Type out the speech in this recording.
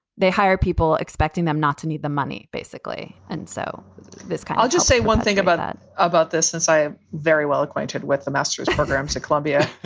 they hire people expecting them not to need the money, basically and so this guy i'll just say one thing about that, about this, since i am very well acquainted with the master's programs at columbia.